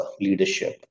leadership